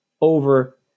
over